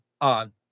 on